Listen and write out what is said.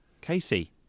Casey